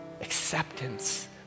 Acceptance